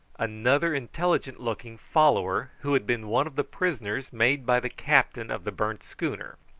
another intelligent looking follower who had been one of the prisoners made by the captain of the burnt schooner.